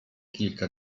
kilka